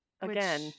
Again